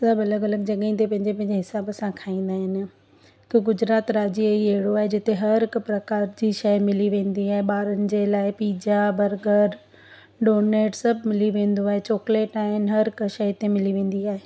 सभु अलॻि अलॻि जॻहियुनि पंहिंजे पंहिंजे हिसाब सां खाईंदा आहिनि के गुजरात राज्य ई अहिड़ो आहे जिते हर हिकु प्रकार जी शइ मिली वेंदी आहे ॿारनि जे लाए पिजा बर्गर डोनट सभु मिली वेंदो आहे चॉकलेट आहिनि हर हिकु शइ हिते मिली वेंदी आहे